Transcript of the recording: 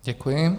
Děkuji.